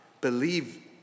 believe